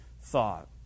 thought